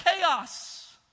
chaos